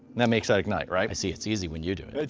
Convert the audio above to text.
that makes that ignite, right. i see, it's easy when you do it.